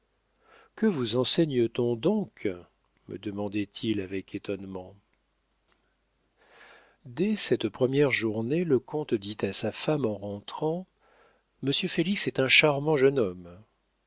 que vous enseigne t on donc me demandait-il avec étonnement dès cette première journée le comte dit à sa femme en rentrant monsieur félix est un charmant jeune homme